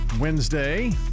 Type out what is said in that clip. Wednesday